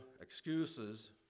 excuses